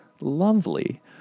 lovely